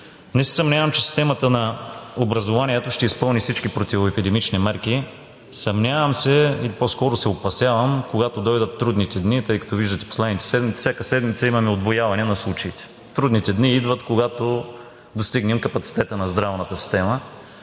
Не се съмнявам, че системата на образованието ще изпълни всички противоепидемични мерки. Съмнявам се и по-скоро се опасявам, когато дойдат трудните дни, тъй като виждате последните седмици – всяка седмица имаме удвояване на случаите. Трудните дни идват, когато достигнем капацитета на здравната система.